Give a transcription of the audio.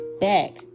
back